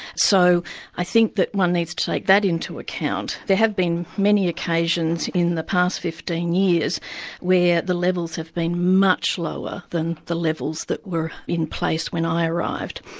so i think that one needs to take like that into account. there have been many occasions in the past fifteen years where the levels have been much lower than the levels that were in place when i arrived.